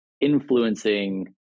influencing